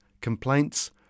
complaints